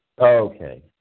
Okay